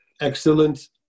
Excellent